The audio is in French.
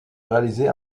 réalisé